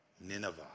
Nineveh